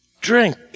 drink